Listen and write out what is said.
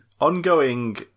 Ongoing